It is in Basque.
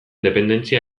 dependentzia